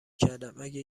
کردم؟ اگه